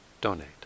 donate